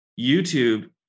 YouTube